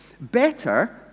Better